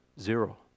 Zero